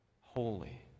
holy